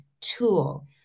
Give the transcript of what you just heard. tool